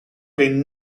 been